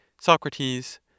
Socrates